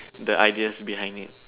the ideas behind it